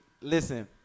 listen